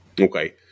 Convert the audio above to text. Okay